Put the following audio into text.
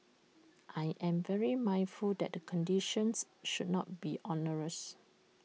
I am very mindful that the conditions should not be onerous